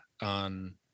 on